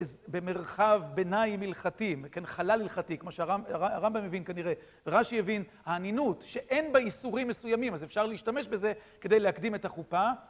במרחב ביניים הלכתי, כן, חלל הלכתי, כמו שהרמב״ם הבין כנראה, ורש"י הבין, האנינות שאין בה איסורים מסוימים, אז אפשר להשתמש בזה כדי להקדים את החופה.